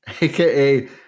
aka